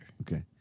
Okay